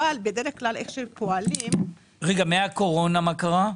אבל בדרך כלל איך שפועלים --- מהקורונה מה קרה,